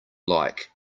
like